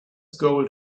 gold